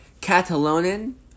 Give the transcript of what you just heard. Catalonian